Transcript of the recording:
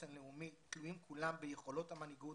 חוסן לאומי תלויים כולם ביכולות המנהיגות